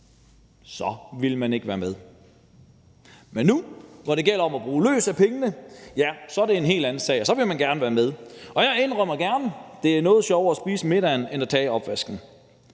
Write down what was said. ville man ikke være med. Men nu, hvor det gælder om at bruge løs af pengene, er det en helt anden sag, og så vil man gerne være med. Jeg indrømmer gerne, at det er noget sjovere at spise middagen end at tage opvasken.